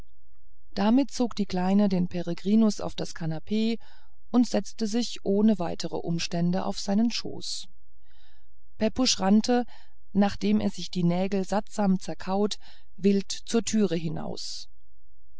damit zog die kleine den peregrinus auf das kanapee und setzte sich ohne weitere umstände auf seinen schoß pepusch rannte nachdem er sich die nägel sattsam zerkaut wild zur türe hinaus